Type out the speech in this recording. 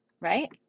right